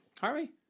Harvey